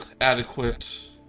adequate